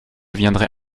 viendrai